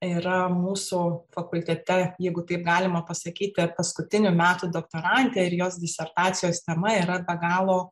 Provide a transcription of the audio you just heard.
yra mūsų fakultete jeigu taip galima pasakyti paskutinių metų doktorantė ir jos disertacijos tema yra be galo